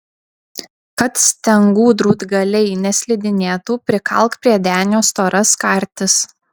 kad stengų drūtgaliai neslidinėtų prikalk prie denio storas kartis